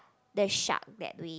the shark that we